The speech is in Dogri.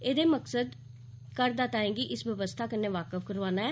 एह्दे मकसद कर दाताएं गी इस बवस्था कन्नै वाकफ करोआना ऐ